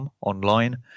online